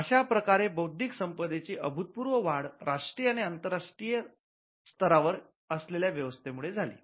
अशाप्रकारचे बौद्धिक संपदेची अभूतपूर्व वाढ राष्ट्रीय आणि आंतरराष्ट्रीय स्तरावर असलेल्या व्यवस्थे मुळे झाली